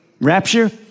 Rapture